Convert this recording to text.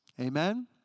Amen